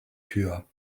tür